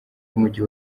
w’umujyi